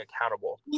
accountable